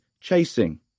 chasing